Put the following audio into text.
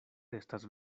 estas